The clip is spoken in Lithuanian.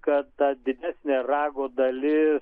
kad ta didesnė rago dalis